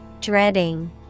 Dreading